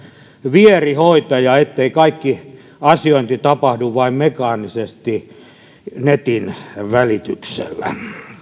vierihoitaja niin ettei kaikki asiointi tapahdu vain mekaanisesti netin välityksellä